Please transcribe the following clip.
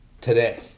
today